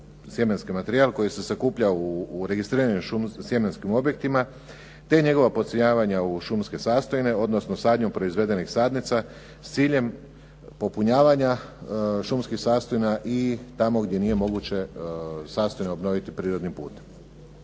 sjemenski materijal koji se sakuplja u registriranim sjemenskim objektima te njegova … /Govornik se ne razumije./ … u šumske sastojine, odnosno sadnjom proizvedenih sadnica s ciljem popunjavanja šumskih sastojina i tamo gdje nije moguće sastojine obnoviti prirodnim putem.